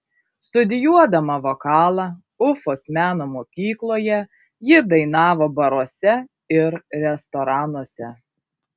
studijuodama vokalą ufos meno mokykloje ji dainavo baruose ir restoranuose